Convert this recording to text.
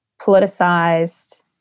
politicized